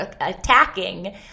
attacking